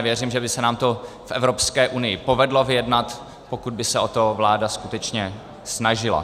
Věřím, že by se nám to v Evropské unii povedlo vyjednat, pokud by se o to vláda skutečně snažila.